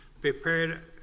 prepared